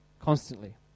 constantly